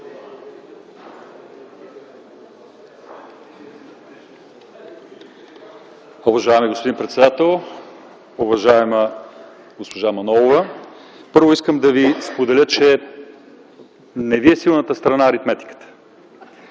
Уважаеми господин председател, уважаема госпожа Манолова! Първо, искам да Ви споделя, че не Ви е силната страна аритметиката,